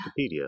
Wikipedia